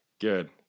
Good